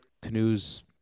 canoes